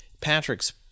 Patrick's